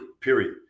Period